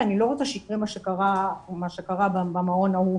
כי אני לא רוצה שיקרה מה שקרה במעון ההוא,